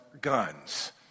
guns